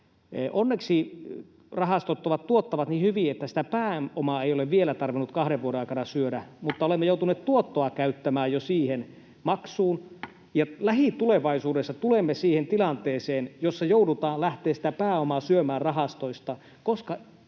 Onneksi rahastot tuottavat niin hyvin, että sitä pääomaa ei ole vielä tarvinnut kahden vuoden aikana syödä, mutta olemme jo joutuneet tuottoa käyttämään siihen maksuun, ja lähitulevaisuudessa tulemme siihen tilanteeseen, jossa joudutaan lähtemään pääomaa syömään rahastoista,